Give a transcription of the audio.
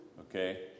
Okay